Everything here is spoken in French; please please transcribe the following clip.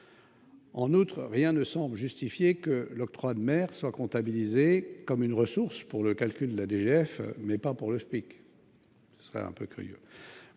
En outre, rien ne semble justifier que l'octroi de mer soit comptabilisé comme une ressource pour le calcul de la DGF, mais pas pour le FPIC. Procéder ainsi serait assez curieux.